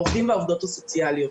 העובדים והעובדות הסוציאליות.